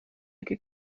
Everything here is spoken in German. ecke